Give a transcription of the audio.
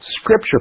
Scripture